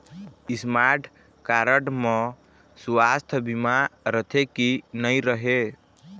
Smart card म सुवास्थ बीमा रथे की नई रहे?